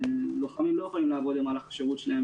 שלוחמים לא יכולים לעבוד במהלך השירות שלהם,